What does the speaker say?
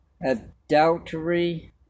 Adultery